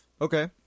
Okay